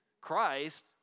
Christ